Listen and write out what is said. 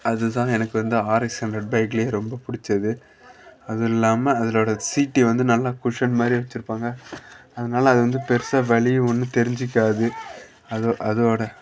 அது தான் எனக்கு வந்து ஆர்எக்ஸ் ஹண்ட்ரட் பைக்லேயே ரொம்பப் பிடிச்சது அதுவும் இல்லாமல் அதுலோட சீட்டு வந்து நல்லா குஷன் மாதிரி வச்சிருப்பாங்க அதனால அது வந்து பெருசாக வலியும் ஒன்றும் தெரிஞ்சுக்காது அது அதோடு